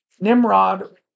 Nimrod